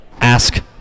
Ask